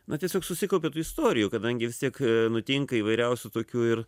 na tiesiog susikaupė tų istorijų kadangi vis tiek nutinka įvairiausių tokių ir